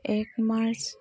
এক মাৰ্চ